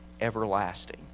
everlasting